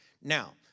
Now